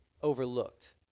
overlooked